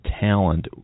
talent